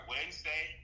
Wednesday